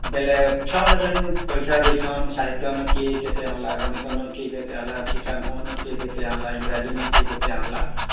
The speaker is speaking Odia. ବେଲେ ଛୁଆମାନ ଜେନ ପରୀକ୍ଷା ଦେଇଛନ୍ ସାହିତ୍ୟନ କିଏ କେତେ ଆଣିଲା ଗଣିତନ କିଏ କେତେ ଆଣିଲା ଚିତ୍ରାଙ୍କନ କିଏ କେତେ ଆଣିଲା ଇଂରାଜୀନ କିଏ କେତେ ଆଣିଲା